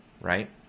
Right